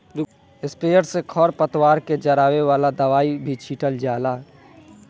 sprayer से खर पतवार के जरावे वाला दवाई भी छीटल जाला